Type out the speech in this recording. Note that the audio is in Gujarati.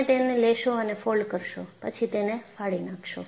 તમે તેને લેશો અને ફોલ્ડ કરશો પછી તેને ફાડી નાખશો